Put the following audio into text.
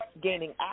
gaining